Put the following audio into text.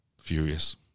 furious